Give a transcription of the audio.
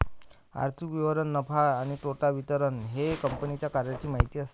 आर्थिक विवरण नफा आणि तोटा विवरण हे कंपन्यांच्या कार्याची माहिती असते